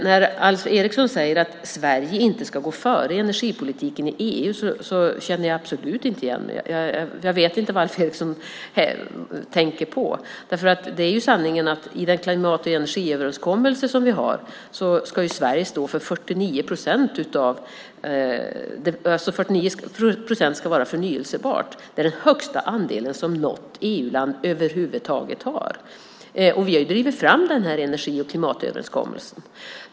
När Alf Eriksson säger att Sverige inte ska gå före i energipolitiken i EU känner jag absolut inte igen mig. Jag vet inte vad Alf Eriksson tänker på. Sanningen är att 49 procent ska vara förnybart enligt den klimat och energiöverenskommelse som finns. Det är den största andelen som något EU-land över huvud taget har. Vi har ju drivit fram den här klimat och energiöverenskommelsen.